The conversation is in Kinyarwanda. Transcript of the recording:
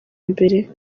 mbere